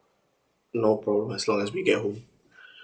no problem as long as we get home